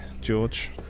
George